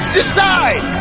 decide